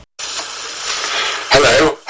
Hello